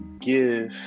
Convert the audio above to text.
give